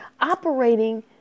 operating